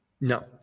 No